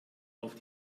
auf